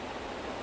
ya